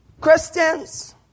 Christians